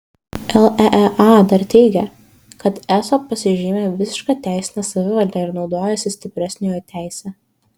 leea dar teigia kad eso pasižymi visiška teisine savivale ir naudojasi stipresniojo teise